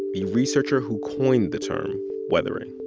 the researcher who coined the term weathering.